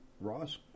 Ross